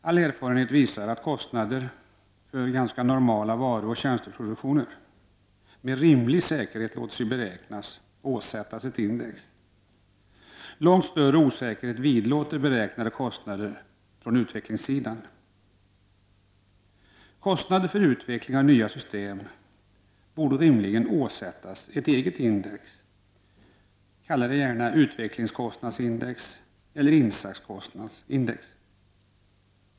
All erfarenhet visar att kostnader för ganska normal varuoch tjänsteproduktion med rimlig säkerhet låter sig beräknas och åsättas ett index. Långt större osäkerhet vidlåder beräknade kostnader på utvecklingssidan. Kostnader för utveckling av nya system borde rimligen åsättas ett eget index, kallat utvecklingskostnadsindex eller insatskostnadsindex.